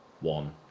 one